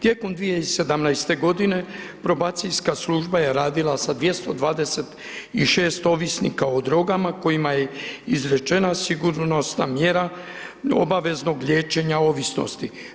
Tijekom 2017. g. probacijska služba je radila sa 226 ovisnika o drogama kojima je izrečena sigurnosna mjera obaveznog liječenja ovisnosti.